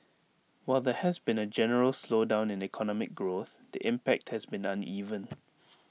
while there has been A general slowdown in economic growth the impact has been uneven